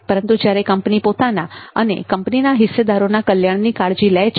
પરંતુ જ્યારે કંપની પોતાના અને કંપનીના હિસ્સેદારોના કલ્યાણની કાળજી લે છે